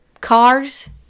Cars